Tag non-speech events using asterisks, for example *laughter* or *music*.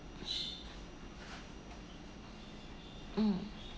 *noise* mm